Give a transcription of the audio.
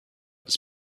his